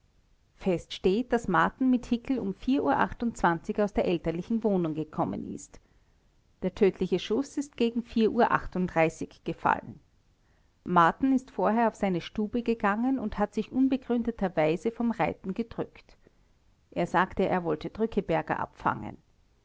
fest steht daß marten mit hickel um uhr aus der elterlichen wohnung gekommen ist der tödliche schuß ist gegen uhr gefallen marten ist vorher auf seine stube gegangen und hat sich unbegründeterweise vom reiten gedrückt er sagte er wollte drückeberger abfangen